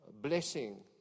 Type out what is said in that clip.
blessing